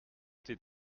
tes